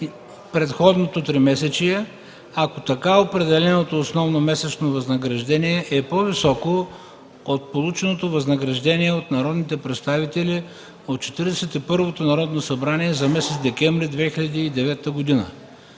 предходното тримесечие, ако така определеното основно месечно възнаграждение е по-високо от полученото възнаграждение от народните представители от Четиридесет и първото Народно събрание за месец декември 2009 г.